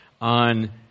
on